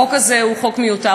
החוק הזה הוא חוק מיותר.